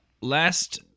Last